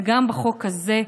וגם על חוק הזה,